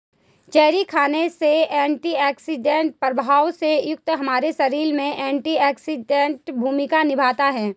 cherry खाने से antioxidant प्रभाव से युक्त हमारे शरीर में एंटीऑक्सीडेंट भूमिका निभाता है